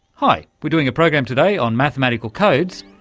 hi, we're doing a program today on mathematical codes.